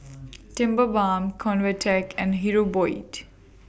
Tigerbalm Convatec and Hirudoid